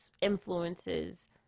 influences